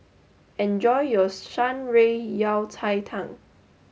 enjoy your Shan Rui Yao Cai Tang